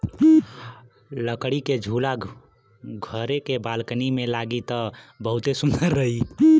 लकड़ी के झूला घरे के बालकनी में लागी त बहुते सुंदर रही